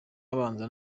abanza